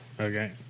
Okay